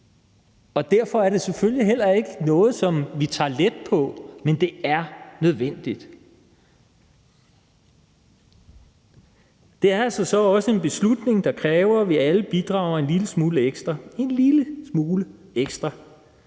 Derfor er det selvfølgelig heller ikke noget, som vi tager let på, men det er nødvendigt. Det er så også en beslutning, der kræver, at vi alle bidrager en lille smule ekstra – en lille smule ekstra.